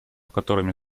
которыми